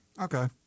Okay